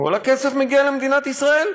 כל הכסף מגיע למדינת ישראל?